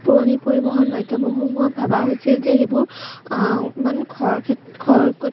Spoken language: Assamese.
পুৰণি পৰিবহণ মাধ্যমসমূহক ভবা হৈছিল যে সেইবোৰ ইমান খৰখেত খৰকত